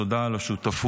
תודה על השותפות,